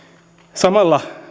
samalla